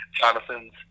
Jonathan's